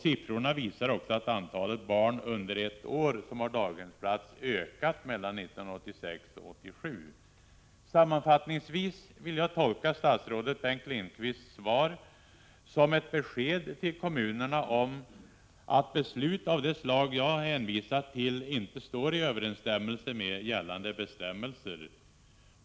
Siffrorna visar också att antalet barn under ett år som har daghemsplats ökat mellan 1986 och 1987. Sammanfattningsvis vill jag tolka statsrådet Bengt Lindqvists svar som ett besked till kommunerna om att beslut av det slag jag hänvisat till inte står i överensstämmelse med gällande bestämmelser.